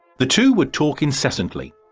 the two would talk incessantly,